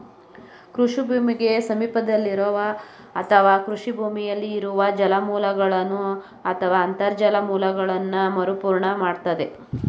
ಕೃಷಿ ಭೂಮಿಗೆ ಸಮೀಪವಿರೋ ಅಥವಾ ಕೃಷಿ ಭೂಮಿಯಲ್ಲಿ ಇರುವ ಜಲಮೂಲಗಳನ್ನು ಅಥವಾ ಅಂತರ್ಜಲ ಮೂಲಗಳನ್ನ ಮರುಪೂರ್ಣ ಮಾಡ್ತದೆ